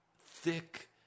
thick